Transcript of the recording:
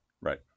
Right